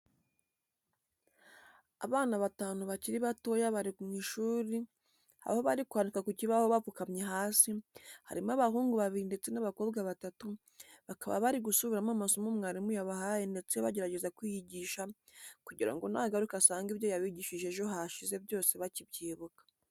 Abana batanu bakiri batoya bari mu ishuri aho bari kwandika ku kibaho bapfukanye hasi, harimo abahungu babiri ndetse n'abakobwa batatu, bakaba bari gusubiramo amasomo mwarimu yabahaye ndetse bagerageza kwiyigisha kugira ngo nagaruka asange ibyo yabigishije ejo hashize byose bakibyibuka.